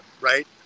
right